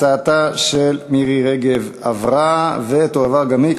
הצעתה של מירי רגב עברה ותועבר גם היא,